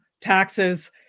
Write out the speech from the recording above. taxes